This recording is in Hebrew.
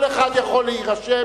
כל אחד יכול להירשם,